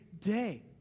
day